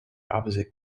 opposite